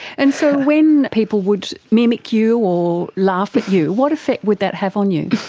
and so when people would mimic you or laugh at you, what effect would that have on you?